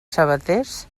sabaters